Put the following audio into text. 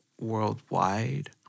worldwide